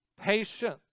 patience